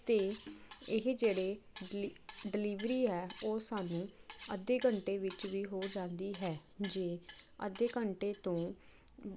ਅਤੇ ਇਹ ਜਿਹੜੇ ਡਿਲ ਡਿਲੀਵਰੀ ਹੈ ਉਹ ਸਾਨੂੰ ਅੱਧੇ ਘੰਟੇ ਵਿੱਚ ਵੀ ਹੋ ਜਾਂਦੀ ਹੈ ਜੇ ਅੱਧੇ ਘੰਟੇ ਤੋਂ